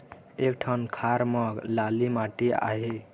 एक ठन खार म लाली माटी आहे?